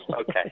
Okay